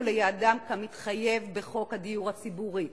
לייעודן כמתחייב בחוק הדיור הציבורי,